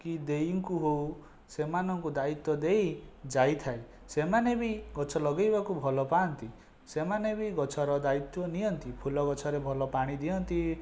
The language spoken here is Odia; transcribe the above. କି ଦେଇଙ୍କୁ ହେଉ ସେମାନଙ୍କୁ ଦାୟିତ୍ଵ ଦେଇ ଯାଇଥାଏ ସେମାନେ ବି ଗଛ ଲଗାଇବାକୁ ଭଲ ପାଆନ୍ତି ସେମାନେ ବି ଗଛର ଦାୟିତ୍ଵ ନିଅନ୍ତି ଫୁଲ ଗଛରେ ଭଲ ପାଣି ଦିଅନ୍ତି